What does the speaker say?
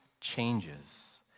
changes